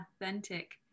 authentic